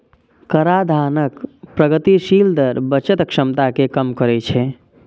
कराधानक प्रगतिशील दर बचत क्षमता कें कम करै छै